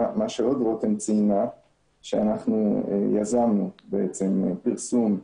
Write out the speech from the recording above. רותם ציינה עוד שאנחנו יזמנו פרסום,